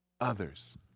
Others